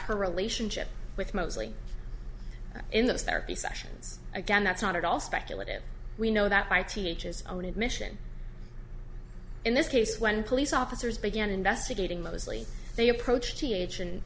her relationship with mosley in those therapy sessions again that's not at all speculative we know that by teachers own admission in this case when police officers began investigating mosley they approached